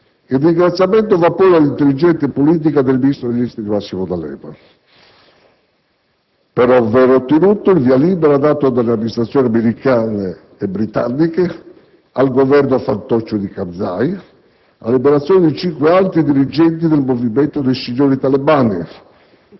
Il ringraziamento va poi all'intelligente politica del ministro degli affari esteri Massimo D'Alema per avere ottenuto il via libera, dato dalle amministrazioni americana e britannica al Governo fantoccio di Karzai, alla liberazione di cinque alti dirigenti del movimento dei signori talebani;